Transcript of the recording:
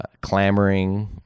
clamoring